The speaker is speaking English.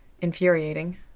Infuriating